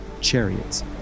chariots